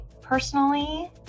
personally